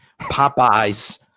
Popeye's